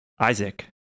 Isaac